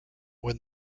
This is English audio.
when